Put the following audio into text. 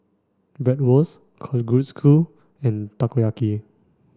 Bratwurst Kalguksu and Takoyaki